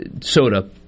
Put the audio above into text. Soda